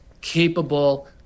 capable